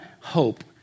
hope